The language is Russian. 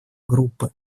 группы